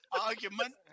ARGUMENT